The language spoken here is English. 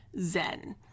Zen